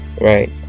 right